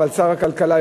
אבל שר הכלכלה,